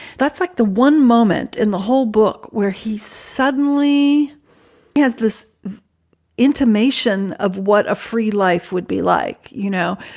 that's like the one moment in the whole book where he suddenly he has this intimation of what a free life would be like. you know,